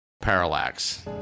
Parallax